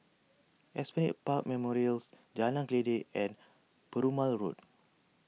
Esplanade Park Memorials Jalan Kledek and Perumal Road